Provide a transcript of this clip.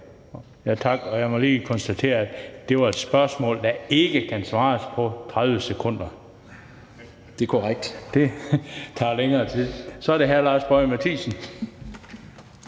Ja, tak. Og jeg må lige konstatere, at det var et spørgsmål, som ikke kan besvares på 30 sekunder. Det tager længere tid. Så er det hr. Lars Boje Mathiesen.